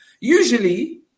Usually